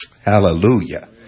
Hallelujah